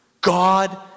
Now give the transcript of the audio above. God